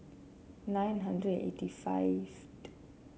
nine hundred eighty five